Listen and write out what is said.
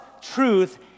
truth